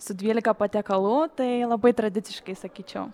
su dvylika patiekalų tai labai tradiciškai sakyčiau